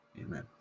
Amen